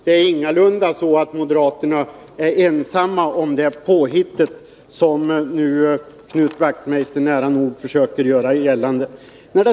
Det är ingalunda så att moderaterna är ensamma om det påhittet, som Knut Wachtmeister nu, nära nog, försöker göra gällande.